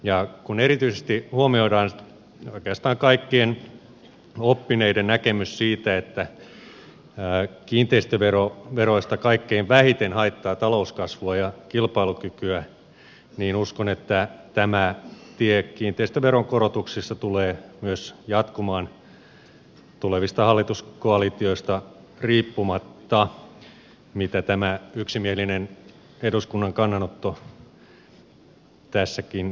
ja kun erityisesti huomioidaan oikeastaan kaikkien oppineiden näkemys siitä että kiinteistövero veroista kaikkein vähiten haittaa talouskasvua ja kilpailukykyä niin uskon että tämä tie kiinteistöveron korotuksissa tulee myös jatkumaan tulevista hallituskoalitioista riippumatta mitä tämä yksimielinen eduskunnan kannanotto tässäkin indikoi